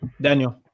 Daniel